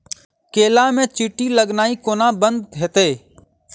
केला मे चींटी लगनाइ कोना बंद हेतइ?